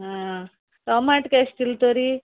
आं टमाट कशे दिले तरी